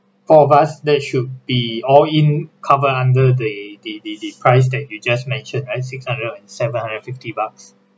all of us that should be all in cover under the the the the price that you just mentioned right six hundred seven hundred fifty bucks